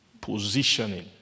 positioning